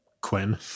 Quinn